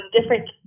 different